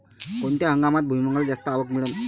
कोनत्या हंगामात भुईमुंगाले जास्त आवक मिळन?